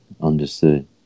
Understood